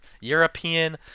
European